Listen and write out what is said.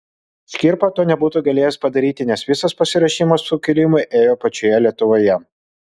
škirpa to nebūtų galėjęs padaryti nes visas pasiruošimas sukilimui ėjo pačioje lietuvoje